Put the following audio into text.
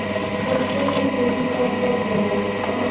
सरसों के खेती कब कब होला?